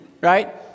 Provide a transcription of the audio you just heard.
right